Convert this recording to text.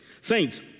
Saints